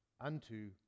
unto